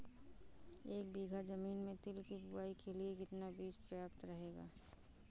एक बीघा ज़मीन में तिल की बुआई के लिए कितना बीज प्रयाप्त रहेगा?